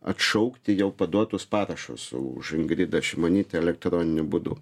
atšaukti jau paduotus parašus už ingridą šimonytę elektroniniu būdu